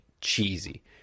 cheesy